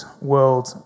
world